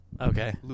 Okay